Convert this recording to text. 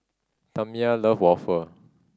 Tamya love waffle